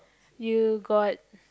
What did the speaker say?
you got